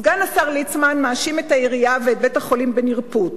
סגן השר ליצמן מאשים את העירייה ואת בית-החולים בנרפות.